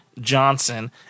Johnson